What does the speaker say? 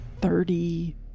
thirty